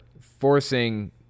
forcing